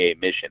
Mission